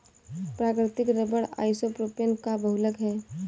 प्राकृतिक rubber isopropene का बहुलक है